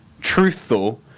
truthful